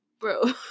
Bro